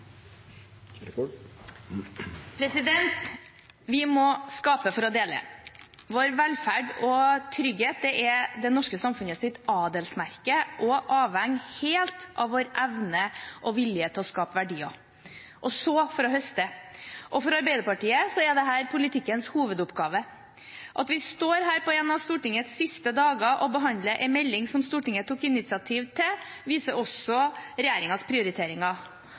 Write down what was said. melding. Vi må skape for å dele. Vår velferd og vår trygghet er det norske samfunnets adelsmerke og avhenger helt av vår evne og vilje til å skape verdier – å så for å høste. For Arbeiderpartiet er dette politikkens hovedoppgave. At vi står her på en av stortingsperiodens siste dager og behandler en melding som Stortinget tok initiativ til, viser også